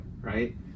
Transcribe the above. right